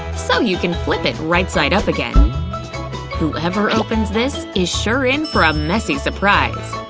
so you can flip it right side up again whoever opens this is sure in for a messy surprise